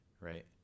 right